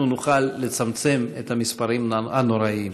אנחנו נוכל לצמצם את המספרים הנוראיים.